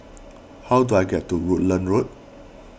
how do I get to Rutland Road